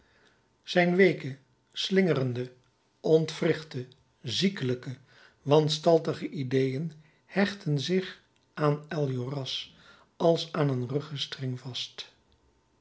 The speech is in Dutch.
zijn weeke slingerende ontwrichte ziekelijke wanstaltige ideeën hechtten zich aan enjolras als aan een ruggestreng vast